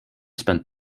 spent